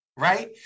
Right